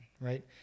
right